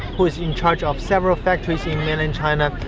who is in charge of several factories in mainland china,